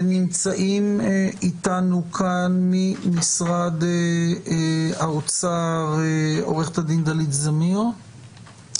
נמצאים איתנו כאן ממשרד האוצר, עו"ד דלית זמיר,